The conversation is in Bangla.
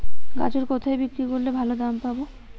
গাজর কোথায় বিক্রি করলে ভালো দাম পাব?